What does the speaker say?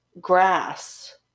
grass